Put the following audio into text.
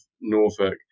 norfolk